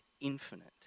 infinite